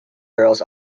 girls